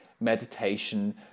meditation